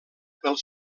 pel